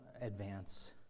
advance